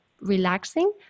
relaxing